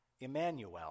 Emmanuel